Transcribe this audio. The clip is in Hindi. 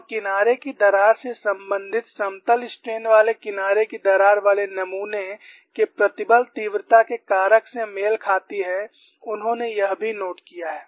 और किनारे की दरार से सम्बंधित समतल स्ट्रेन वाले किनारे कि दरार वाले नमूने के प्रतिबल तीव्रता के कारक से मेल खाती है उन्होंने यह भी नोट किया है